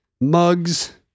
Mugs